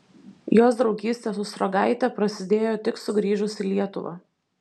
jos draugystė su sruogaite prasidėjo tik sugrįžus į lietuvą